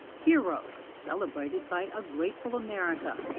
heroes celebrated by a grateful america,